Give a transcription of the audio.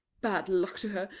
bad luck to her,